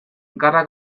gara